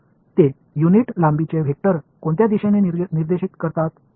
तर ते युनिट लांबीचे वेक्टर कोणत्या दिशेने निर्देशित करतात